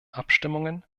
abstimmungen